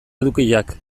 edukiak